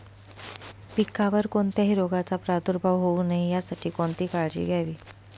पिकावर कोणत्याही रोगाचा प्रादुर्भाव होऊ नये यासाठी कोणती काळजी घ्यावी?